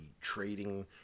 trading